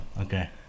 Okay